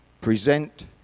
present